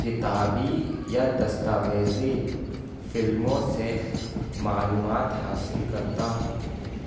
کتابی یا دستاویزی فلموں سے معلومات حاصل کرتا ہوں